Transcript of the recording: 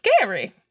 Scary